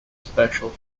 special